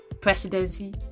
presidency